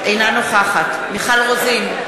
אינה נוכחת מיכל רוזין,